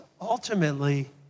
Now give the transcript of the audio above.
ultimately